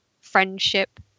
friendship